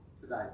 today